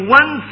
one